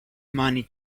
money